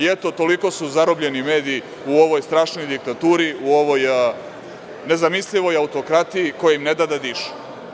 Eto, toliko su zarobljeni mediji u ovoj strašnoj diktaturi, u ovoj nezamislivoj autokratiji koja im ne da da dišu.